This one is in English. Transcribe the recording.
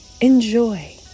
Enjoy